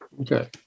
Okay